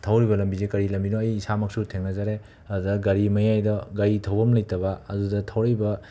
ꯊꯧꯔꯤꯕ ꯂꯝꯕꯤꯁꯤ ꯀꯔꯤ ꯂꯝꯕꯤꯅꯣ ꯑꯩ ꯏꯁꯥꯃꯛꯁꯨ ꯊꯦꯡꯅꯖꯔꯦ ꯑꯗꯨꯗ ꯒꯥꯔꯤ ꯃꯌꯥꯏꯗ ꯒꯥꯔꯤ ꯊꯧꯐꯝ ꯂꯩꯇꯕ ꯑꯗꯨꯗ ꯊꯧꯔꯛꯏꯕ